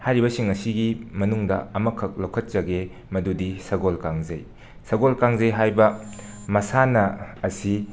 ꯍꯥꯏꯔꯤꯕꯁꯤꯡ ꯑꯁꯤꯒꯤ ꯃꯅꯨꯡꯗ ꯑꯃꯈꯛ ꯂꯧꯈꯠꯆꯒꯦ ꯃꯗꯨꯗꯤ ꯁꯒꯣꯜ ꯀꯥꯡꯖꯩ ꯁꯒꯣꯜ ꯀꯥꯡꯖꯩ ꯍꯥꯏꯕ ꯃꯁꯥꯟꯅ ꯑꯁꯤ